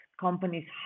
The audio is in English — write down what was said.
companies